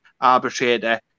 arbitrator